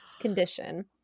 condition